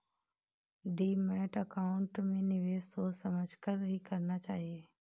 demat account में निवेश सोच समझ कर ही करना चाहिए